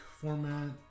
format